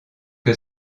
que